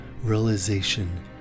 realization